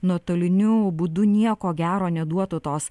nuotoliniu būdu nieko gero neduotų tos